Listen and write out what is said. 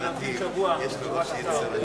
אבל נמתין שבוע לתשובת השר.